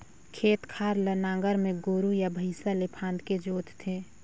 खेत खार ल नांगर में गोरू या भइसा ले फांदके जोत थे